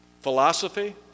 philosophy